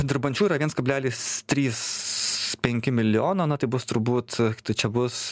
dirbančių yra viens kablelis trys penki milijono na tai bus turbūt tai čia bus